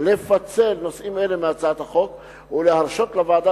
לפצל נושאים אלה מהצעת החוק ולהרשות לוועדה